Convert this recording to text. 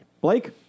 Blake